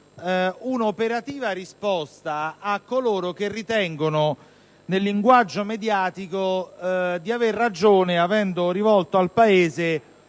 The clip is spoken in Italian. un'operativa risposta a coloro che ritengono nel linguaggio mediatico di aver ragione avendo rivolto al Paese